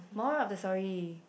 moral of the story